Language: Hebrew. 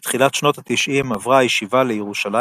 בתחילת שנות התשעים עברה הישיבה לירושלים,